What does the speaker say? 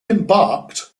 embarked